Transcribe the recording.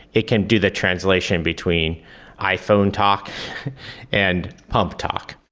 it can do the translation between iphone talk and pump talk.